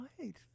right